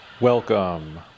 Welcome